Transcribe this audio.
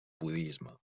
budisme